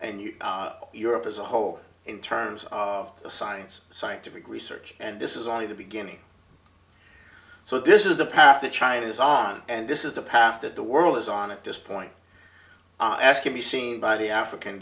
and europe as a whole in terms of science scientific research and this is only the beginning so this is the path that china is on and this is the path that the world is on at this point as can be seen by the african